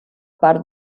part